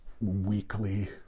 weekly